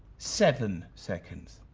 seven seconds.